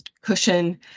cushion